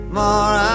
more